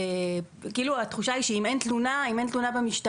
כאילו התחושה היא שאם אין תלונה במשטרה,